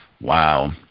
wow